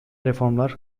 reformlar